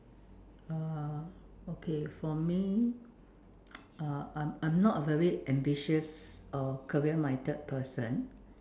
uh okay for me uh I'm I'm not a very ambitious uh career minded person